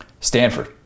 Stanford